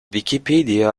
wikipedia